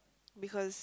because